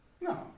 No